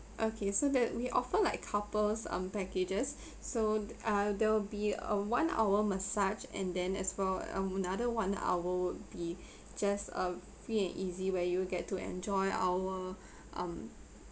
okay so that we offer like couples um packages so uh there will be a one hour massage and then as well um another one hour would be just a free and easy where you'll get to enjoy our um